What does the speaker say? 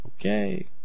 Okay